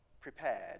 prepared